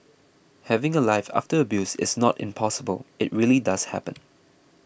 having a life after abuse is not impossible it really does happen